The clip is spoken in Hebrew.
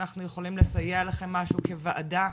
אנחנו יכולים לסייע לכם במשהו כוועדה?